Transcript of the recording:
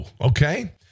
okay